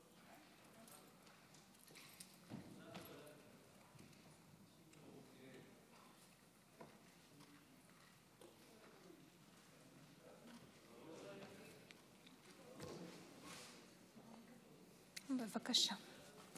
בבקשה.